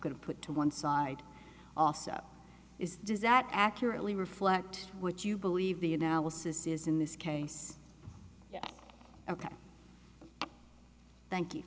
going to put to one side also is does that accurately reflect what you believe the analysis is in this case ok thank you